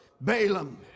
Balaam